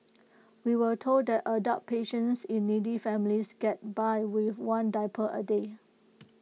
we were told that adult patients in needy families get by with one diaper A day